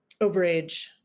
overage